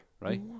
Right